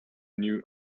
new